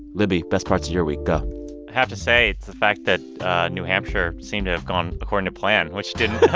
libby best parts of your week. go i have to say it's the fact that new hampshire seems to have gone according to plan, which didn't.